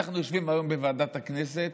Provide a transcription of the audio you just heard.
אנחנו יושבים היום בוועדת הכנסת,